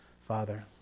Father